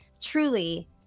truly